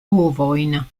ovojn